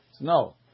No